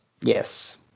Yes